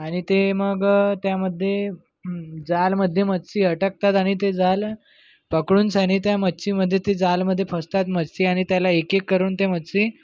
आणि ते मग त्यामध्ये जाळ्यामध्ये मच्छी अटकतात आणि ते जाळं पकडूनसानी त्या मच्छीमध्ये ते जाळ्यामध्ये फसतात मच्छी आणि त्याला एकएक करून ते मच्छी